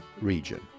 region